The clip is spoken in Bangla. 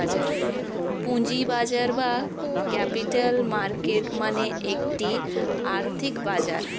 পুঁজির বাজার বা ক্যাপিটাল মার্কেট মানে একটি আর্থিক বাজার